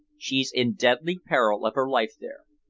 she's in deadly peril of her life there.